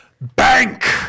Bank